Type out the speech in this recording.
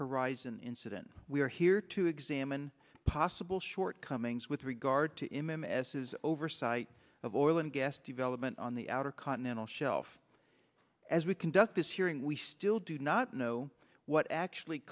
horizon incident we are here to examine possible shortcomings with regard to him in messes oversight of oil and gas development on the outer continental shelf as we conduct this hearing we still do not know what actually